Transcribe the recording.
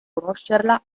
conoscerla